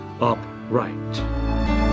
upright